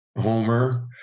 Homer